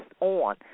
on